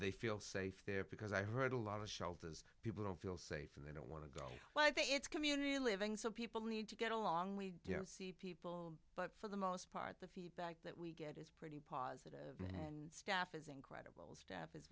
they feel safe there because i heard a lot of shelters people don't feel safe and they don't want to go well i think it's community living so people need to get along we don't see people but for the most part the feedback that we get pretty positive and staff is incredible staff is